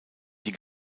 die